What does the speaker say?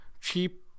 cheap